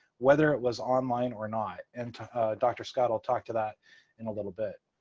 whether it was online or not. and dr. scott will talk to that in a little bit.